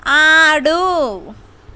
ఆడు